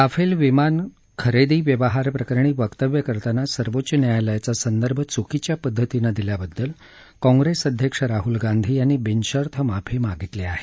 Rafale विमान खरेदी व्यवहारप्रकरणी वक्तव्य करताना सर्वोच्च न्यायालयाचा संदर्भ च्कीच्या पद्धतीनं दिल्याबद्दल काँप्रेस अध्यक्ष राहल गांधी यांनी बिनशर्त माफी मागितली आहे